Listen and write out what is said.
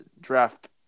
draft